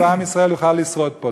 ועם ישראל יוכל לשרוד פה.